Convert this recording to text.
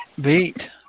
Beat